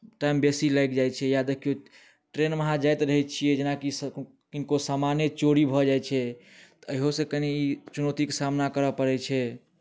time बेसी लागि जाइत छै या देखियौ ट्रेनमे अहाँ जाइत रहै छियै जेनाकि किनको सामाने चोरी भऽ जाइत छै तऽ अहियोसँ कनि ई चुनौतीके सामना करय पड़ैत छै